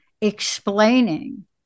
explaining